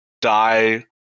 die